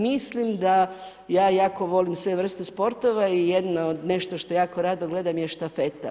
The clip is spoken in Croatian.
Mislim da, ja jako volim sve vrste sportova i jedna od, nešto što jako rado gledam je štafeta.